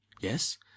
Yes